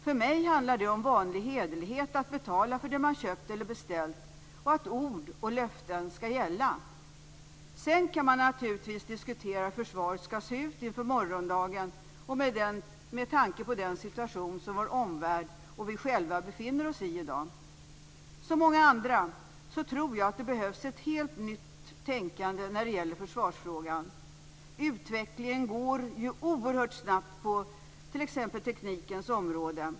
För mig handlar det om vanlig hederlighet att betala för det man köpt eller beställt och att ord och löften skall gälla. Sedan kan man naturligtvis diskutera hur försvaret skall se ut inför morgondagen och med tanke på den situation som vår omvärld och vi själva befinner oss i i dag. Som många andra tror jag att det behövs ett helt nytt tänkande när det gäller försvarsfrågan. Utvecklingen går ju oerhört snabbt på t.ex. teknikens område.